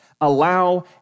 allow